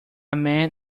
man